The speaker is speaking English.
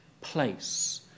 place